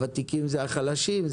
הוותיקים הם החלשים,